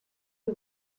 who